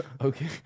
Okay